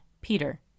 Peter